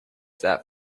that